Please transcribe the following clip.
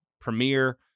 premiere